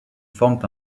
forment